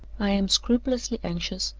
i am scrupulously anxious,